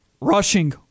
rushing